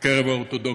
בקרב האורתודוקסים.